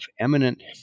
eminent